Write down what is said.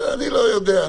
אני לא יודע.